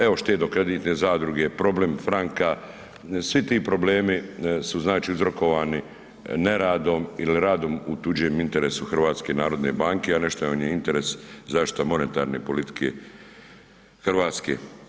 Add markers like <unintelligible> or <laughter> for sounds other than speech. Evo štedno kreditne zadruge, problem franka, svi ti problemi su znači uzrokovani neradom ili radom u tuđem interesu HNB-a a ... <unintelligible> interes zaštita monetarne politike Hrvatske.